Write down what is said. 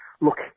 Look